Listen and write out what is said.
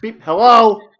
Hello